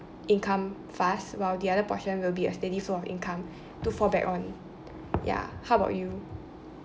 income fast while the other portion will be a steady flow of income to fall back on ya how about you